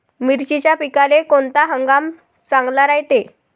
मिर्चीच्या पिकाले कोनता हंगाम चांगला रायते?